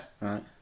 Right